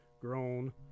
grown